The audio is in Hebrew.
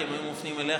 כי הם היו מופנים אליך.